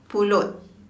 pulut